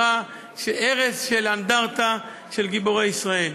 הרס של אנדרטה של גיבורי ישראל.